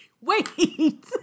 Wait